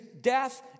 death